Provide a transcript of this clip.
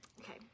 Okay